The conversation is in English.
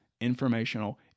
Informational